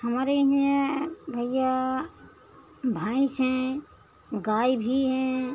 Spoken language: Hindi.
हमारे हियाँ भइया भईंस हैं गाय भी हैं